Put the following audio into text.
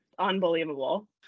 unbelievable